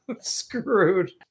screwed